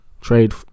trade